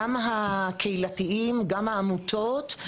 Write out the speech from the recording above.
גם הקהילתיים וגם העמותות,